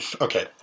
Okay